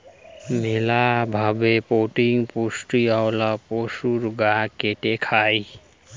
মেলা ভাবে প্রোটিন পুষ্টিওয়ালা পশুর গা কেটে খায়